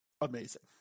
amazing